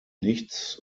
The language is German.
nichts